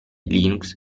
linux